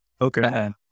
Okay